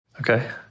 Okay